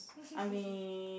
I mean